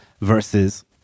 versus